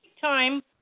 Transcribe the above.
time